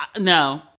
No